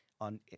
on